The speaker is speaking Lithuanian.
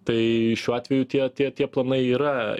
tai šiuo atveju tie tie tie planai yra